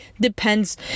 depends